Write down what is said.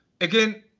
again